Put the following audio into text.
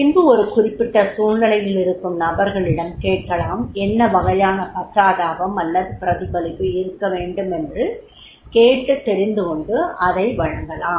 பின்பு ஒரு குறிப்பிட்ட சூழ்நிலையில் இருக்கும் நபர்களிடம் கேட்கலாம் என்ன வகையான பச்சாதாபம் அல்லது பிரதிபலிப்பு இருக்க வேண்டும என்று கேட்டுத் தெரிந்துகொண்டு அதை வழங்கலாம்